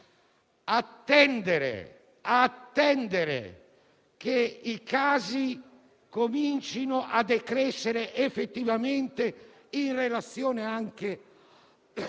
attendere che i casi comincino a decrescere effettivamente in relazione anche